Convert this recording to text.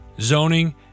zoning